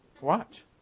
Watch